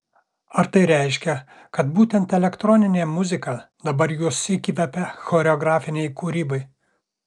ar tai reiškia kad būtent elektroninė muzika dabar jus įkvepia choreografinei kūrybai